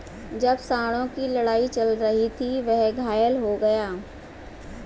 जब सांडों की लड़ाई चल रही थी, वह घायल हो गया